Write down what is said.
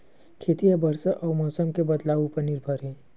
खेती हा बरसा अउ मौसम के बदलाव उपर निर्भर हे